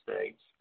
States